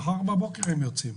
מבחינתנו מחר בבוקר הם יכולים לצאת.